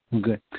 Good